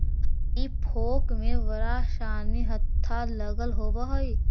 हेई फोक में बड़ा सानि हत्था लगल होवऽ हई